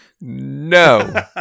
No